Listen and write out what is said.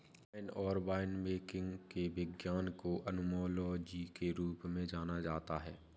wine और winemaking के विज्ञान को ओनोलॉजी के रूप में जाना जाता है